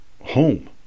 home